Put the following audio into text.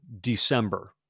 December